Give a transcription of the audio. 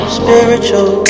spiritual